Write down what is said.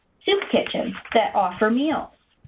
soup kitchens that offer meals,